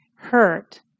Hurt